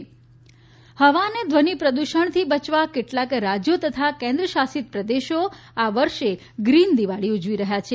green Diwali હવા તથા ધ્વનિ પ્રદુષણથી બચવા કેટલાક રાજ્યો તથા કેન્દ્રશાસિતપ્રદેશો આ વર્ષે ગ્રીન દિવાળી ઉજવી રહ્યા છે